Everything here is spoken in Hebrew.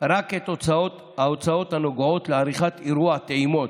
רק את ההוצאות הנוגעות לעריכת אירוע הטעימות,